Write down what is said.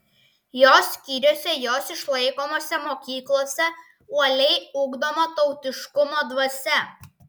jos skyriuose jos išlaikomose mokyklose uoliai ugdoma tautiškumo dvasia